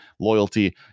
loyalty